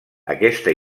aquesta